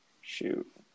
Shoot